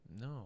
No